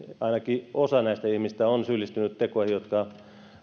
ainakin osa näistä ihmisistä on syyllistynyt tekoihin jotka